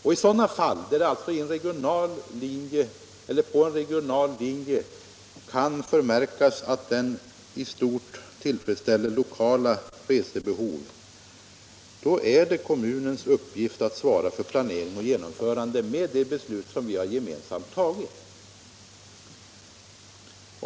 I sådana fall där alltså en regional linje i stort sett tillfredsställer lokala resebehov är det enligt det beslut vi gemensamt fattat kommunens uppgift att svara för planeringen och genomförandet.